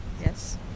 Yes